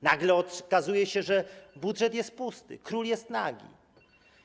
Nagle okazuje się, że budżet jest pusty, król jest nagi.